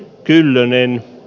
kyllönen ne